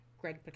greg